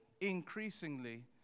increasingly